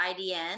IDN